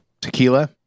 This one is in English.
tequila